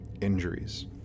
injuries